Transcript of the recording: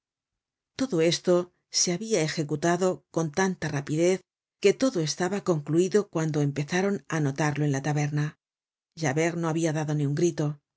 todo esto se habia ejecutado con tanta rapidez que todo estaba concluido cuando empezaron á notarlo en la taberna javert no habia dado ni un grito y